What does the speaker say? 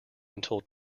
until